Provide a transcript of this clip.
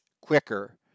quicker